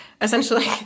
essentially